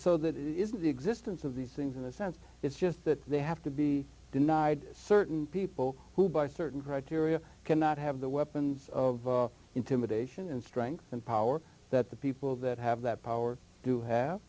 so that it isn't the existence of these things in a sense it's just that they have to be denied certain people who by certain criteria cannot have the weapons of intimidation and strength and power that the people that have that power do have